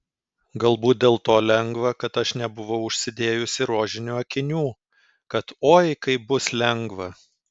galbūt dėl to lengva kad aš nebuvau užsidėjusi rožinių akinių kad oi kaip bus lengva